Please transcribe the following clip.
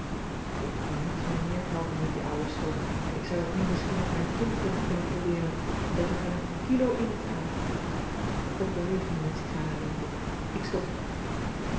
ik kan niets meer neerkalken met die ouwe stomp ik zou het nu misschien met mijn tongpunt kunnen probeeren want daar zit wel een kilo inkt aan er komt beweging in t sigarelintje ik stop